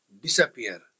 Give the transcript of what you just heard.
disappear